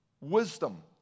wisdom